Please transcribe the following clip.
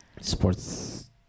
Sports